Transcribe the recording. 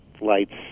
lights